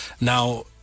Now